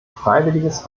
freiwilliges